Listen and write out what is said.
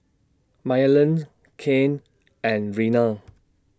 Maryellen's Cain and Reina